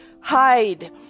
hide